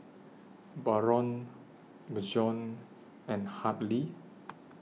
Barron Bjorn and Hadley